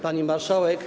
Pani Marszałek!